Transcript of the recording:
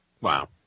Wow